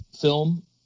film